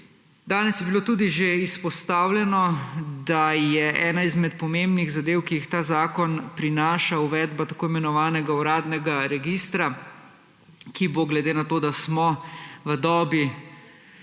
Danes je bilo tudi že izpostavljeno, da je ena izmed pomembnih zadev, ki jih ta zakon prinaša, uvedba tako imenovanega uradnega registra, ki bo glede na to, da smo v dobi,